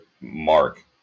Mark